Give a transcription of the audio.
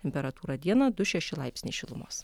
temperatūra dieną du šeši laipsniai šilumos